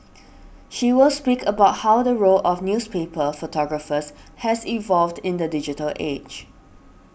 she will speak about how the role of newspaper photographers has evolved in the digital age